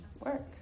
work